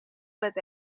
with